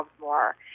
more